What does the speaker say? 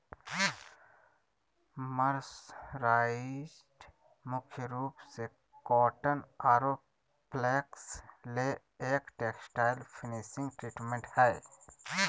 mercerised मुख्य रूप से कॉटन आरो फ्लेक्स ले एक टेक्सटाइल्स फिनिशिंग ट्रीटमेंट हई